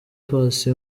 paccy